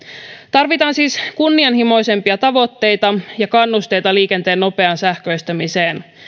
tarvitaan siis kunnianhimoisempia tavoitteita ja kannusteita liikenteen nopeaan sähköistämiseen